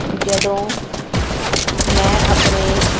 ਜਦੋਂ ਮੈਂ ਆਪਣੇ